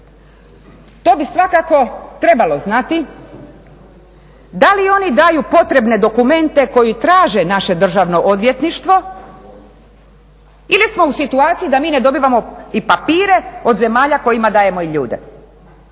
To bi svakako trebalo znati, da li oni daj potrebne dokumente koji traže naše državno odvjetništvo ili smo u situaciji da mi ne dobivamo i papire od zemalja kojima dajemo i ljude.